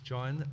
John